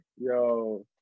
Yo